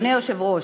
אדוני היושב-ראש,